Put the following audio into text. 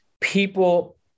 people